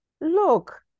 Look